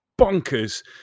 bonkers